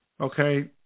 Okay